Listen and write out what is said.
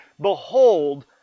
behold